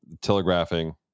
Telegraphing